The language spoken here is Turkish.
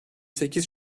sekiz